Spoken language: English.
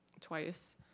twice